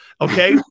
Okay